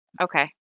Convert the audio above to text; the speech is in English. Okay